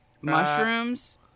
Mushrooms